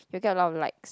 you'll get a lot of likes